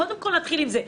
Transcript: קודם כל להתחיל עם זה.